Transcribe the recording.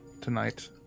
tonight